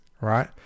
right